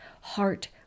heart